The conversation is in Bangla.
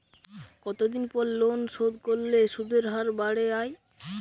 কতদিন পর লোন শোধ করলে সুদের হার বাড়ে য়ায়?